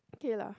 okay lah